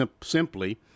simply